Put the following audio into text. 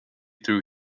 through